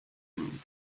room